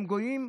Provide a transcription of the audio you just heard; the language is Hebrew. הם גויים,